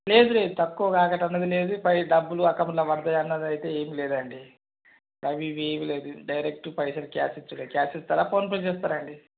లేదు లేదు తక్కువ కావుట అన్నది లేదు పైగా డబ్బులు అకౌంట్లో పడతయి అన్నదైతే ఏం లేదండి అవి ఇవి ఏమి లేదు డైరెక్ట్ పైసల్ క్యాష్ ఇచ్చుడే క్యాష్ ఇస్తారా ఫోన్ పే చేస్తారా అండి